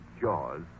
jaws